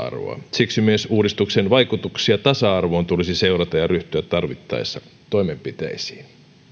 siksi myös uudistuksen vaikutuksia tasa arvoon tulisi seurata ja ryhtyä tarvittaessa toimenpiteisiin tätä